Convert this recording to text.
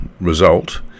result